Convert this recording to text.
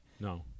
No